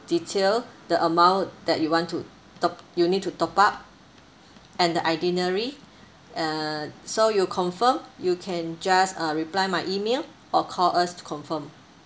detail the amount that you want to top you need to top up and the itinerary uh so you confirm you can just uh reply my email or call us to confirm